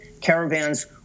caravans